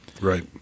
right